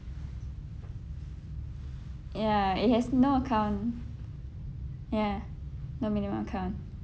ya it has no account ya no minimum account